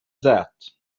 that